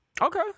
Okay